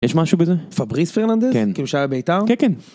יש משהו בזה? פבריס פרננדס? כן. כמו שהיה בית"ר? כן, כן.